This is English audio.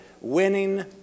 Winning